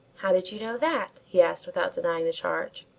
how did you know that? he asked without denying the charge.